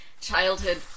childhood